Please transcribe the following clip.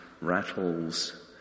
rattles